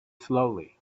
slowly